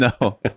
no